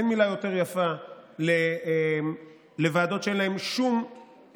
אין מילה יותר יפה לוועדות שאין בהן שום יחס